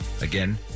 Again